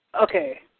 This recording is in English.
Okay